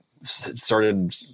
started